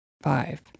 five